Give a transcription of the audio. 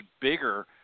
bigger